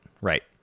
right